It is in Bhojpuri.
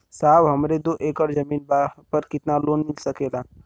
साहब हमरे दो एकड़ जमीन पर कितनालोन मिल सकेला?